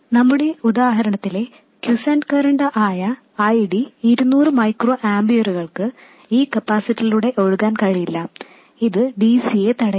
നമ്മുടെ ഉദാഹരണത്തിലെ quiescent current ആയ ID 200 മൈക്രോ ആമ്പിയറുകൾക്ക് ഈ കപ്പാസിറ്ററിലൂടെ ഒഴുകാൻ കഴിയില്ല ഇത് dc യെ തടയുന്നു